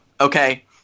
okay